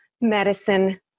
medicine